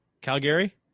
Calgary